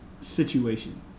situation